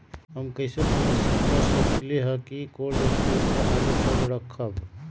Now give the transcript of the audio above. हम कैसे सुनिश्चित कर सकली ह कि कोल शटोर से आलू कब रखब?